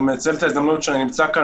אני מנצל את ההזדמנות שאני נמצא כאן